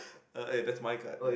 uh eh that's my card man